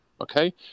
Okay